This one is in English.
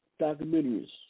documentaries